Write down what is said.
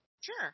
Sure